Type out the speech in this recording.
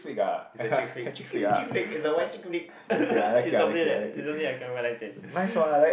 it's a chick flick chick flick it's a white chick flick it's something like that it's something that it's something that said